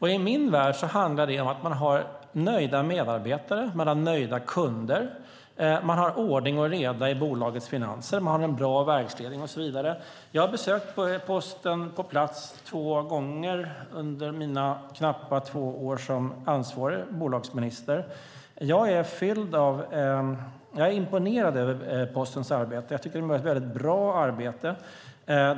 I min värld handlar det om att man har nöjda medarbetare, nöjda kunder, ordning och reda i bolagets finanser, en bra verksledning och så vidare. Jag har besökt Posten på plats två gånger under mina knappa två år som ansvarig bolagsminister. Jag är imponerad av Postens arbete. Jag tycker att de gör ett väldigt bra arbete.